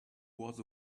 was